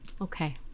Okay